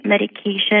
medication